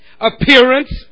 Appearance